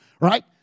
Right